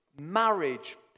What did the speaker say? marriage